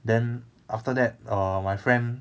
then after that err my friend